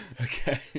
Okay